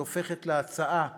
היא הופכת להצעה לסדר-היום,